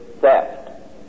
theft